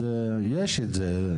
אז יש את זה.